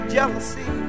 Jealousy